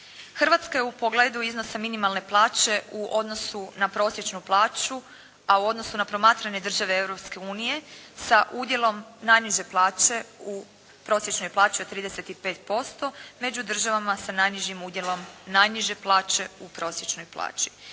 Hrvatska je u pogledu iznosa minimalne plaće u odnosu na prosječnu plaću a u odnosu na promatranje države Europske unije sa udjelom najniže plaće u prosječnoj plaći od 35% među državama sa najnižim udjelom najniže plaće u prosječnoj plaći.